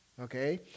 okay